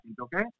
Okay